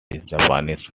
japanese